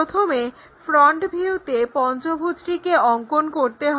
প্রথমে ফ্রন্ট ভিউতে পঞ্চভুজটিকে অঙ্কন করতে হবে